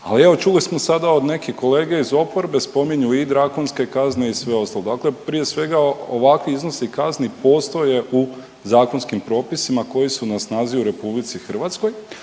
ali evo čuli smo sada od nekih kolega iz oporbe spominju i drakonske kazne i sve ostalo. Dakle, prije svega ovakvi iznosi kazni postoje u zakonskim propisima koji su na snazi u RH s